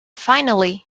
finally